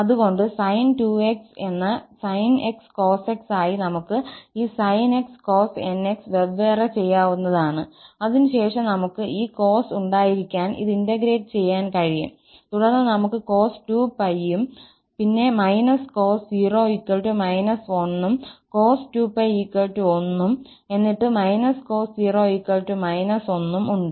അതുകൊണ്ട് sin2𝑥 എന്ന sin𝑥cos𝑥 ആയി നമുക്ക് ഈ sin𝑥cos𝑛𝑥 വെവ്വേറെ ചെയ്യാവുന്നതാണ് അതിനുശേഷം നമുക്ക് ഈ cos ഉണ്ടായിരിക്കാൻ ഇത് ഇന്റഗ്രേറ്റ് ചെയ്യാൻ കഴിയും തുടർന്ന് നമുക്ക് cos2𝜋 ഉം പിന്നെ −cos0 −1ഉം cos2𝜋 1ഉം എന്നിട്ട് −cos0 −1ഉം ഉണ്ട്